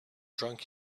drunk